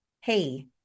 hey